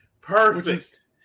perfect